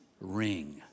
ring